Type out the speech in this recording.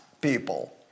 people